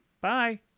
Bye